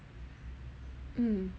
mm